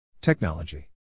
Technology